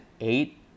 eight